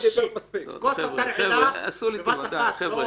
כוס התרעלה בבת אחת.